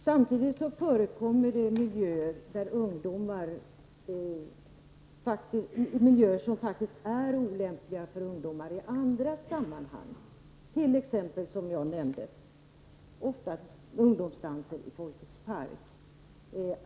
Samtidigt förekommer det i andra sammanhang miljöer som faktiskt är olämpliga för ungdomar, t.ex. ungdomsdanser i Folkets park, som jag nämnde.